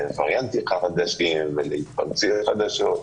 לווריאנטים חדשים ולהתפרצויות חדשות,